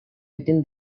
within